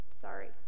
sorry